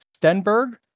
Stenberg